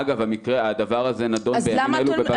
אגב, הדבר הזה נדון בימים אלו בבג"צ.